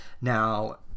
Now